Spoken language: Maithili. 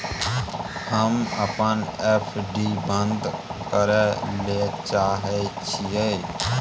हम अपन एफ.डी बंद करय ले चाहय छियै